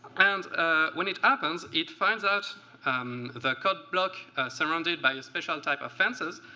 and when it happens, it finds out that code block surrounded by a special type of fences,